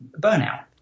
burnout